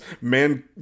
man